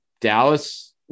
Dallas